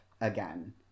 again